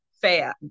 fan